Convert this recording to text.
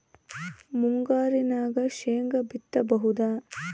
ಮುಂಗಾರಿನಾಗ ಶೇಂಗಾ ಬಿತ್ತಬಹುದಾ?